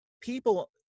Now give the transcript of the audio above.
people